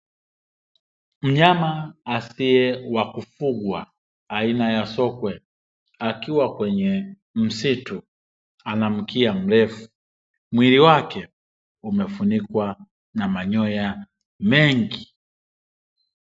Mnyama asiye wa kufugwa aina ya sokwe akiwa kwenye msitu ana mkia mrefu, mwili wake umefunikwa na manyoya mengi.